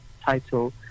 title